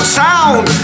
sound